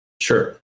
Sure